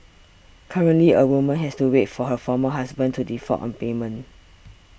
currently a woman has to wait for her former husband to default on payments